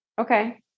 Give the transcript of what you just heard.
okay